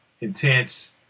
intense